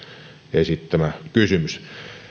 esittämä kysymys